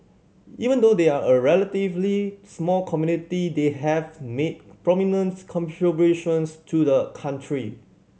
even though they are a relatively small community they have made prominent contributions to the country